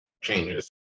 changes